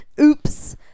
Oops